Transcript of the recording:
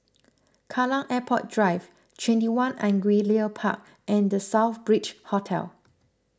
Kallang Airport Drive twenty one Angullia Park and the Southbridge Hotel